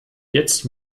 jetzt